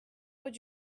would